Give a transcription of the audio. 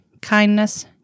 kindness